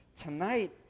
tonight